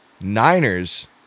Niners